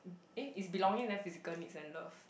eh it's belonging then physical needs and love